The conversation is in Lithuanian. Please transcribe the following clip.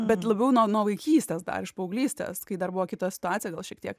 bet labiau nuo nuo vaikystės dar iš paauglystės kai dar buvo kita situacija gal šiek tiek